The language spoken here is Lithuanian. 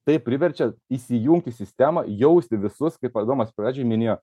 tai priverčia įsijungti sistemą jausti visus kaip adomas pradžioj minėjo